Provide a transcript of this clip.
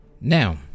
Now